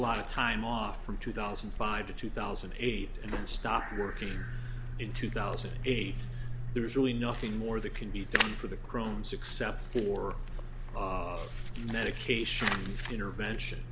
a lot of time off from two thousand and five to two thousand and eight and then stopped working in two thousand and eight there's really nothing more that can be done for the crones except for medication intervention